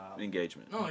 engagement